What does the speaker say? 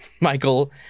Michael